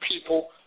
people